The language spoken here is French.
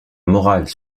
morale